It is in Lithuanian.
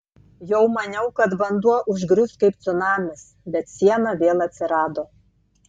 jau maniau kad vanduo užgrius kaip cunamis bet siena vėl atsirado